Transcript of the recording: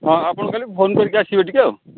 ହଁ ଆପଣ ଖାଲି ଫୋନ୍ କରିକି ଆସିବେ ଟିକେ ଆଉ